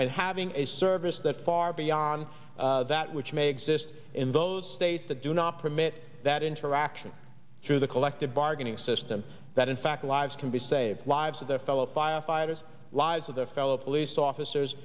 and having a service that far beyond that which may exist in those states that do not permit that interaction through the collective bargaining system that in fact lives can be saved lives of their fellow firefighters lives of their fellow police officers